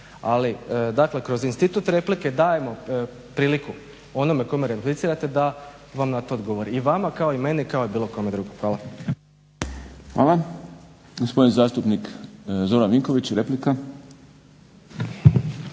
Ali dakle kroz institut replike dajemo priliku onome kome replicirate da vam na to odgovori. I vama kao i meni, kao bilo kome drugome. Hvala. **Šprem, Boris (SDP)** Hvala. Gospodin zastupnik Zoran Vinković, replika.